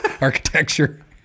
architecture